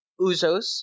uzos